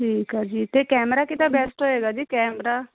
ਠੀਕ ਆ ਜੀ ਅਤੇ ਕੈਮਰਾ ਕਿਹਦਾ ਬੈਸਟ ਹੋਏਗਾ ਜੀ ਕੈਮਰਾ